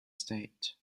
state